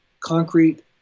concrete